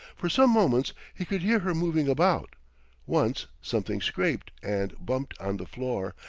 for some moments he could hear her moving about once, something scraped and bumped on the floor,